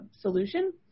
solution